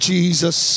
Jesus